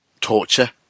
torture